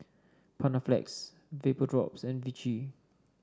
Panaflex Vapodrops and Vichy